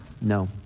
No